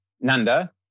Nanda